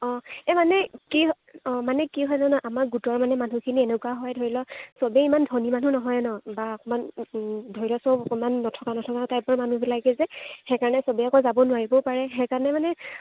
অঁ এই মানে কি অঁ মানে কি হয় জান আমাৰ গোটৰ মানে মানুহখিনি এনেকুৱা হয় ধৰি ল চবেই ইমান ধনী মানুহ নহয় ন বা অকমান ধৰি ল চব অকণমান নথকা নথকা টাইপৰ মানুহবিলাকে যে সেইকাৰণে চবেই আকৌ যাব নোৱাৰিবও পাৰে সেইকাৰণে মানে